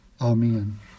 Amen